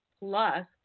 plus